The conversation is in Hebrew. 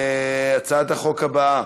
הצעת החוק הבאה: